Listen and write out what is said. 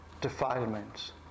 defilements